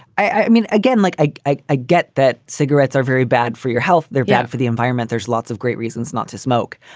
i mean, again, like i. i i get that cigarettes are very bad for your health. they're bad for the environment. there's lots of great reasons not to smoke.